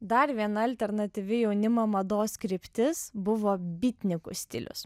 dar viena alternatyvi jaunimo mados kryptis buvo bytnikų stilius